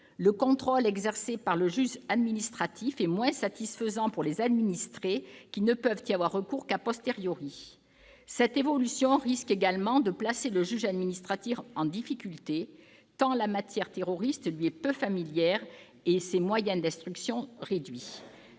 le contrôle exercé par le juge administratif est moins satisfaisant pour les administrés : ces derniers ne peuvent recourir à lui qu'. Cette évolution risque également de placer le juge administratif en difficulté, tant la matière terroriste lui est peu familière, tant ses moyens d'instruction sont réduits.